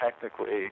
technically